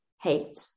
hate